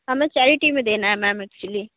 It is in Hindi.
हमें चेरिटी में देना है मैम एक्चुअली